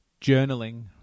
journaling